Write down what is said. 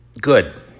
good